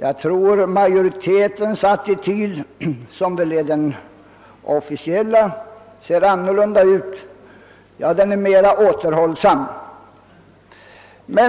Jag tror att majoritetens attityd, som väl är den officiella, ser annorlunda ut; den är mera återhållsam.